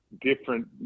different